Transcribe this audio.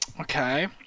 Okay